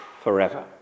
forever